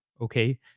okay